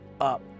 up